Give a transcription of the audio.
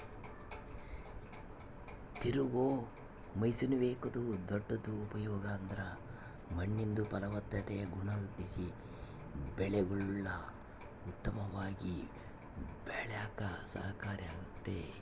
ತಿರುಗೋ ಮೇಯ್ಸುವಿಕೆದು ದೊಡ್ಡ ಉಪಯೋಗ ಅಂದ್ರ ಮಣ್ಣಿಂದು ಫಲವತ್ತತೆಯ ಗುಣ ವೃದ್ಧಿಸಿ ಬೆಳೆಗುಳು ಉತ್ತಮವಾಗಿ ಬೆಳ್ಯೇಕ ಸಹಕಾರಿ ಆಗ್ತತೆ